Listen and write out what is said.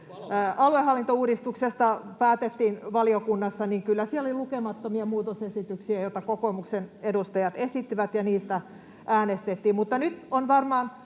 aluehallintouudistuksesta päätettiin valiokunnassa, niin kyllä siellä oli lukemattomia muutosesityksiä, joita kokoomuksen edustajat esittivät ja niistä äänestettiin. Mutta nyt on varmaan